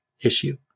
issue